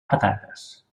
patates